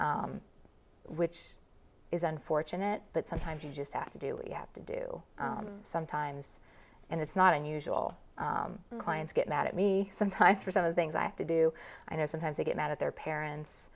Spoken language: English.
which is unfortunate but sometimes you just have to do what you have to do sometimes and it's not unusual clients get mad at me sometimes for some of the things i have to do i know sometimes i get mad at their parents